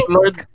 Lord